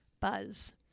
buzz